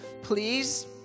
please